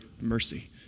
mercy